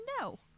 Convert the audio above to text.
No